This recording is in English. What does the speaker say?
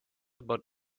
about